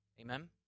Amen